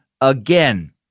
again